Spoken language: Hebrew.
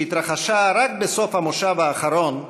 שהתרחשה רק בסוף המושב האחרון,